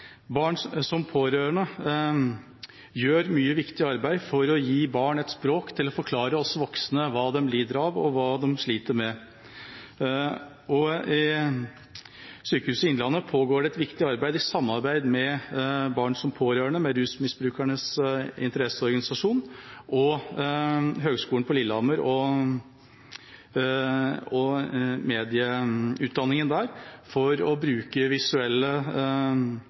barn. Barn som pårørende gjør mye viktig arbeid for å gi barn et språk for å forklare oss voksne hva de lider av, og hva de sliter med. I Sykehuset Innlandet pågår det et viktig arbeid i samarbeid med Barn som pårørende, Rusmisbrukernes Interesseorganisasjon og Høgskolen i Lillehammer – medieutdanningen der – for å bruke visuelle